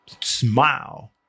smile